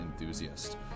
Enthusiast